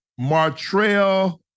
Martrell